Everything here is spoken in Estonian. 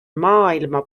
maailma